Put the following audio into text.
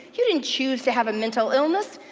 you didn't choose to have a mental illness.